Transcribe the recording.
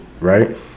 right